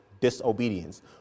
disobedience